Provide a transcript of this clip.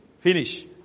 Finish